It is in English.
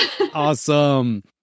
Awesome